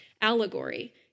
allegory